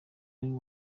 y’u